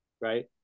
right